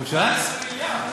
מיליארד,